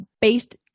based